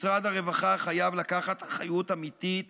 משרד הרווחה חייב לקחת אחריות אמיתית